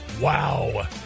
wow